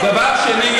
דבר שני,